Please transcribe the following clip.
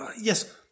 Yes